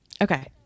Okay